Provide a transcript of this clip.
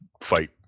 fight